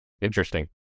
Interesting